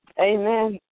Amen